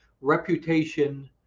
reputation